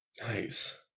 Nice